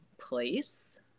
place